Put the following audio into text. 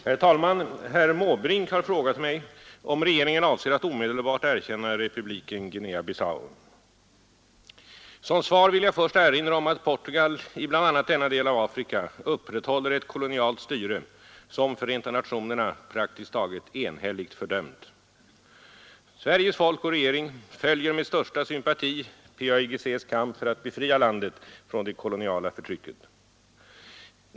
Herr talman! Herr Måbrink har frågat mig om regeringen avser att omedelbart erkänna republiken Guinea-Bissau. Som svar vill jag först erinra om att Portugal i bl.a. denna del av Afrika upprätthåller ett kolonialt styre som Förenta nationerna praktiskt taget enhälligt fördömt. Sveriges folk och regering följer med största sympati PAIGC:s kamp för att befria landet från det koloniala förtrycket.